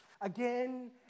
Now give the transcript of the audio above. again